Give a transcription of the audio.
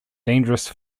dangerous